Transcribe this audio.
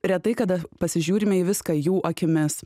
retai kada pasižiūrime į viską jų akimis